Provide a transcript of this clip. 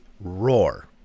roar